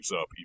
up